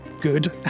Good